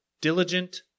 diligent